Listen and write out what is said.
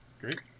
Great